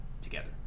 together